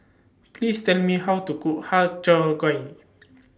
Please Tell Me How to Cook Har Cheong Gai